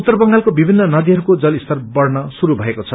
उत्तर बंगालको विभिन्न नदीहरूको जलस्तर बढ़न शुरू भएको छ